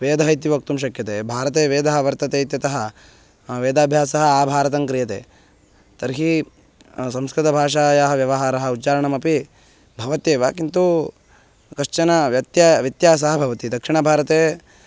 वेदः इति वक्तुं शक्यते भारते वेदः वर्तते इत्यतः वेदाभ्यासः आभारतं क्रियते तर्हि संस्कृतभाषायाः व्यवहारः उच्चारणमपि भवत्येव किन्तु कश्चन व्यत्या व्यत्यासः भवति दक्षिणभारते